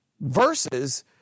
verses